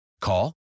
Call